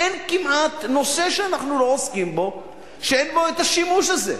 אין כמעט נושא שאנחנו לא עוסקים בו שאין בו השימוש הזה.